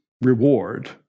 reward